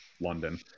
london